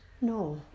No